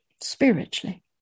spiritually